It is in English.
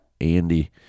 Andy